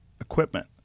equipment